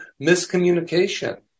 miscommunication